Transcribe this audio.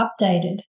updated